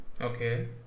Okay